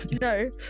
No